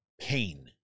pain